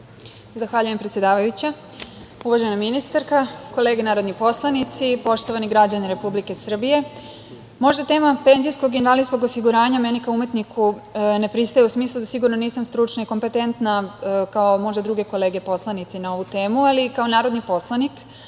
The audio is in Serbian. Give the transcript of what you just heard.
Zahvaljujem, predsedavajuća. Uvažena ministarka, kolege narodni poslanici, poštovani građani Republike Srbije, možda tema penzijskog i invalidskog osiguranja meni kao umetniku ne pristaje u smislu da sigurno nisam stručna i kompetentna kao možda druge kolege poslanici na ovu temu, ali kao narodni poslanik,